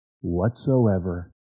whatsoever